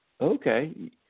Okay